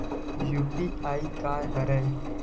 UPI का हरय?